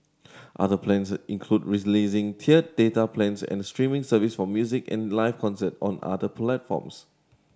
other plans include releasing tiered data plans and a streaming service for music and live concerts on other platforms